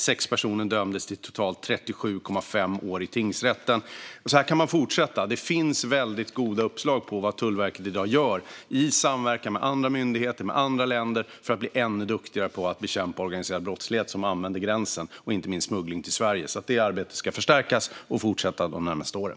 Sex personer dömdes i tingsrätten till totalt 37,5 år. Så här kan man fortsätta. Det finns väldigt goda exempel på vad Tullverket i dag gör i samverkan med andra myndigheter och andra länder för att bli ännu duktigare på att bekämpa organiserad brottslighet som passerar gränsen, inte minst smuggling till Sverige. Det arbetet ska förstärkas och fortsätta de närmaste åren.